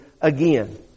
again